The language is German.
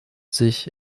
sich